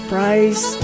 Price